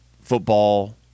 football